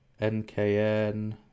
NKN